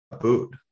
booed